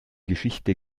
geschichte